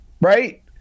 right